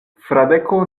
fradeko